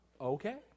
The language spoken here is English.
Okay